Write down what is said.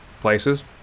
Places